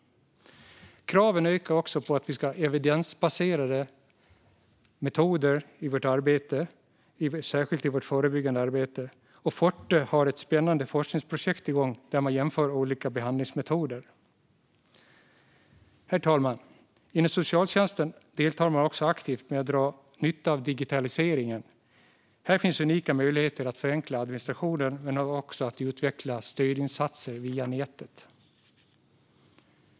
Kraven ökar också på att vi ska ha evidensbaserade metoder i vårt arbete, särskilt i vårt förebyggande arbete. Forte har ett spännande forskningsprojekt igång där man jämför olika behandlingsmetoder. Herr talman! Inom socialtjänsten deltar man också aktivt i att dra nytta av digitaliseringen. Här finns unika möjligheter för att förenkla administrationen men också för att utveckla stödinsatser via nätet.